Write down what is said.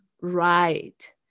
right